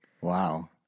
Wow